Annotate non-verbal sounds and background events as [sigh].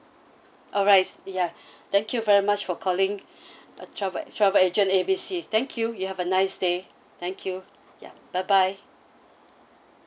alright ya thank you very much for calling [breath] uh travel travel agent A B C thank you you have a nice day thank you ya bye bye